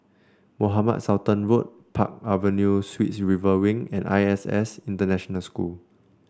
Mohamed Sultan Road Park Avenue Suites River Wing and I S S International School